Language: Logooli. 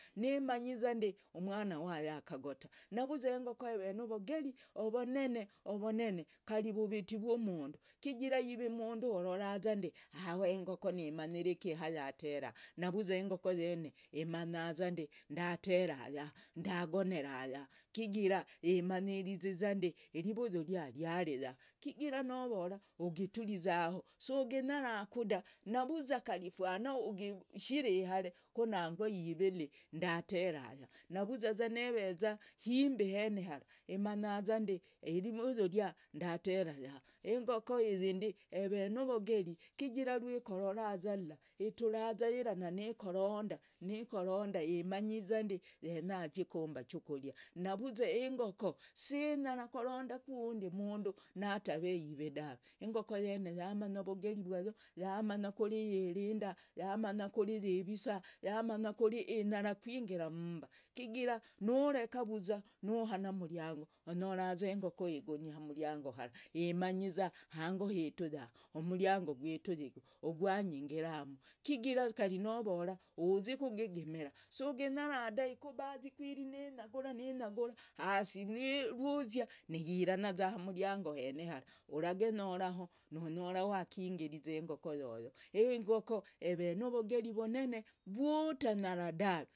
Nimanyi zandi umwana wa yakagota navuza engoko eve novogeri ovonene kari vuviti uvwumundu chigira yivu umundu ororandii awa, engoko nimanyiriki hayatera, navuza engoko yene imanyazandi ndatera yaha, ndagonera yaha chigira imarizi zandi irivuyu rya riari yahandi chigira novora ugiturizao suginyarakuda, navuza kari fwana ugishire ihare kunangwa yivili ndatera yaha, navuzaza neveza shimbi henehara imanyaza irivuyu ryandatera yaha. Engoko yindi eve novogeri chigira rwekororaza lla ituraza yira nanekoronda nekoronda imanyi zandi yenya azyi kumba ichukuria, navuzwa engoko sinyara korondaku undi mundu natave yivi daave, engoko yene yamanya vogeri vwayo yamanya kuri yirinda, yamanya kuri yivisa, yamanya kuri inyara kwingira mmba, chigira noreka vuza nuhana muriango onyoraza engoko egoni hamriango hara, imanyaza hango hitu yaha, umriango gwitu yigu ugwanyingiramu, chigira kari novora uzyi kugigimira suginyara daave, ikubaza izikwiri ninyagura ninyagura haas rwuzya nuwirana hamriango hene hara uragenyoraho, nonyora wakingiraza engoko yoyo. Engoko eve novogeri ovonene vwutamanya daave.